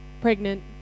pregnant